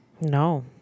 No